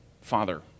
Father